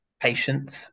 patients